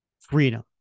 Freedom